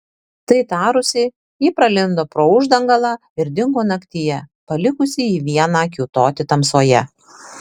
tai tarusi ji pralindo pro uždangalą ir dingo naktyje palikusi jį vieną kiūtoti tamsoje